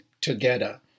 together